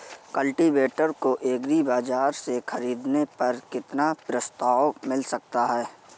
Cultivator को agri बाजार से ख़रीदने पर कितना प्रस्ताव मिल सकता है?